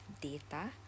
data